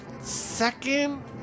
second